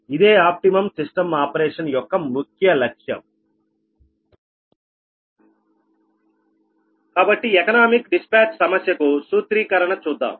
ఇదే optimum system operation యొక్క ముఖ్య లక్ష్యం కాబట్టి ఎకనామిక్ డిస్పాచ్ సమస్యకు సూత్రీకరణ చూద్దాం